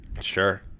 Sure